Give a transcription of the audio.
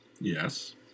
Yes